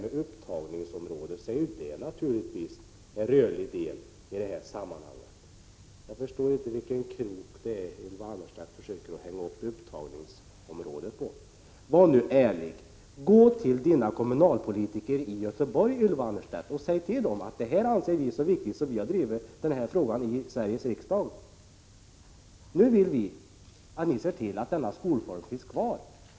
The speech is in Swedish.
Upptagningsområdet är naturligtvis en rörlig del i detta sammanhang. Jag förstår inte vilken krok det är som Ylva Annerstedt hänga upp detta med upptagningsområdet på. Var nu ärlig! Gå till era kommunala politiker i Göteborg, Ylva Annerstedt, och säg till dem att det här anser vi så viktigt att vi har drivit frågan i Sveriges riksdag. Nu vill vi att ni skall se till att denna skolform kommer att finnas kvar.